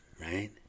Right